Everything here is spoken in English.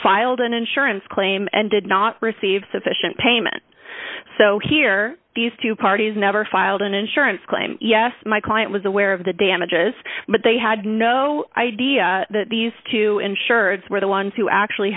filed an insurance claim and did not receive sufficient payment so here these two parties never filed an insurance claim yes my client was aware of the damages but they had no idea that these two insureds were the ones who actually